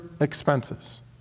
expenses